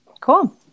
Cool